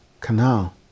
canal